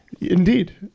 indeed